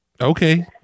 Okay